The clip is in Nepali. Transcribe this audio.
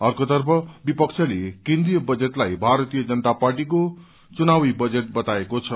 अर्कोतर्फ विपक्षले केन्द्रीय बजेठलाई भारतीय जनता पार्टीको चुनावी बजेट बताएको छ